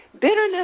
bitterness